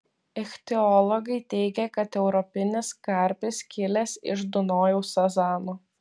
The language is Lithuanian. ichtiologai teigia kad europinis karpis kilęs iš dunojaus sazano